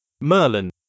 Merlin